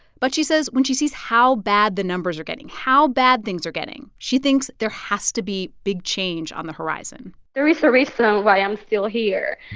but she says when she sees how bad the numbers are getting, how bad things are getting, she thinks there has to be big change on the horizon there is a reason why i'm still here.